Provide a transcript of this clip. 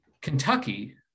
Kentucky